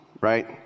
right